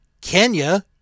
Kenya